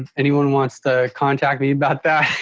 anyone wants to contact me about that